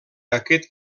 aquest